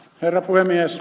herra puhemies